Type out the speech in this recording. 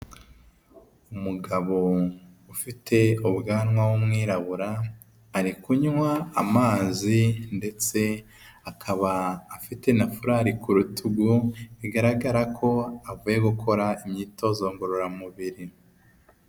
Umugabo ufite ubwanwa w'umwirabura ari kunywa amazi ndetse akaba afite na furari ku rutugu bigaragara ko avuye gukora imyitozo ngororamubiri.